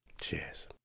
Cheers